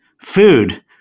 food